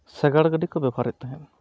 ᱥᱟᱜᱟᱲ ᱜᱟᱹᱰᱤ ᱠᱚ ᱵᱮᱵᱚᱦᱟᱨᱮᱫ ᱛᱟᱦᱮᱸᱫ